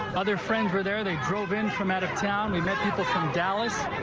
other friends were there. they drove in from out of town. we met people from dallas,